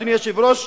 אדוני היושב-ראש,